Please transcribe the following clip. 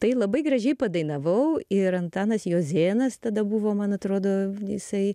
tai labai gražiai padainavau ir antanas juozėnas tada buvo man atrodo jisai